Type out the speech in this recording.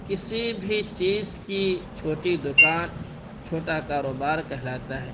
کسی بھی چیز کی چھوٹی دوکان چھوٹا کاروبار کہلاتا ہے